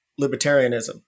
libertarianism